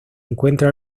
encuentra